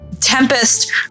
Tempest